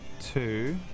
two